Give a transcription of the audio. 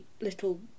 little